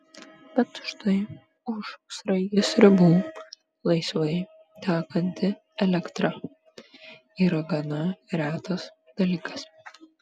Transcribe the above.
bet štai už sraigės ribų laisvai tekanti elektra yra gana retas dalykas